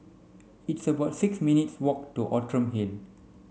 it's about six minutes' walk to Outram Hill